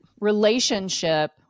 relationship